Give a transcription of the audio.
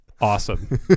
awesome